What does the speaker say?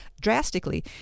drastically